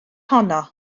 honno